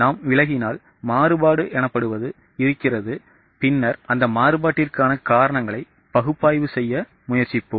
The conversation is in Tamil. நாம் விலகினால் மாறுபாடு எனப்படுவது இருக்கிறது பின்னர் அந்த மாறுபாட்டிற்கான காரணங்களை பகுப்பாய்வு செய்ய முயற்சிப்போம்